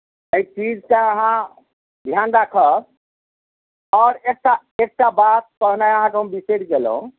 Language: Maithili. एहि चीजके अहाँ ध्यान राखब आओर एकटा एकटा बात कहनाइ अहाँकेँ हम बिसरि गेलहुँ